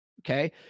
Okay